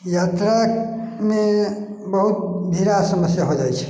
यात्रा मे बहुत ढेर रास समस्या हो जाय छै